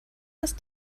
ist